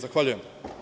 Zahvaljujem.